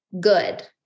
good